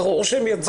ברור שהם יצאו.